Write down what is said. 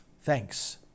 Thanks